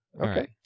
okay